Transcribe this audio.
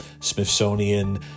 Smithsonian